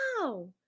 Wow